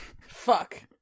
Fuck